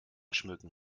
schmücken